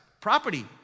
property